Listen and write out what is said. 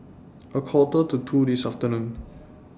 A Quarter to two This afternoon